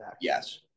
Yes